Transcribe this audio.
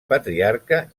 patriarca